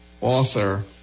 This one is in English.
author